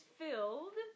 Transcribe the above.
filled